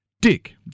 dick